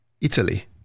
Italy